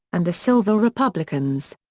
and the silver republicans.